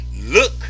look